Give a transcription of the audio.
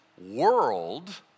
world